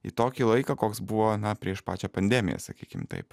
į tokį laiką koks buvo na prieš pačią pandemiją sakykim taip